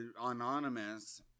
Anonymous